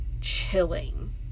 chilling